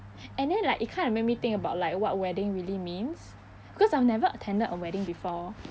and then like it kinda make me think about like what wedding really means because I have never attended a wedding before